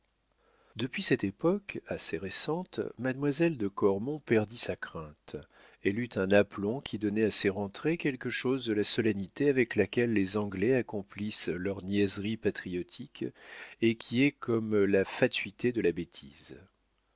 depuis cette époque assez récente mademoiselle de cormon perdit sa crainte elle eut un aplomb qui donnait à ses rentrées quelque chose de la solennité avec laquelle les anglais accomplissent leurs niaiseries patriotiques et qui est comme la fatuité de la bêtise